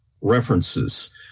references